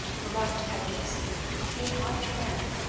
remarked pedgift senior, in high triumph.